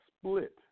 split